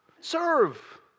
Serve